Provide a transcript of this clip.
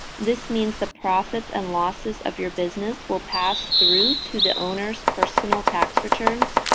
this means the profits and losses of your business will pass through to the owners' personal tax returns,